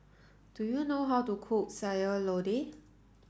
do you know how to cook Sayur Lodeh